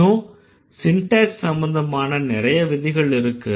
இன்னும் சிண்டேக்ஸ் சம்பந்தமான நிறைய விதிகள் இருக்கு